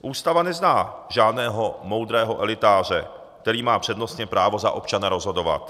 Ústava nezná žádného moudrého elitáře, který má přednostně právo za občany rozhodovat.